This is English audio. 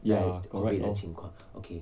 ya correct lor